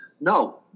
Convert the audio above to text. no